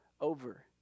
over